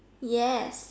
yes